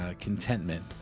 contentment